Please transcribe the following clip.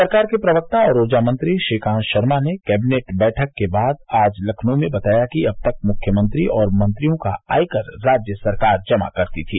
सरकार के प्रवक्ता और ऊर्जा मंत्री श्रीकान्त शर्मा ने कैबिनेट बैठक के बाद आज लखनऊ में बताया कि अब तक मुख्यमंत्री और मंत्रियों का आयकर राज्य सरकार जमा करती थी